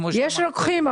יש רוקחים,